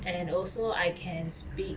and then also I can speak